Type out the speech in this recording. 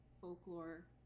folklore